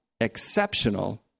exceptional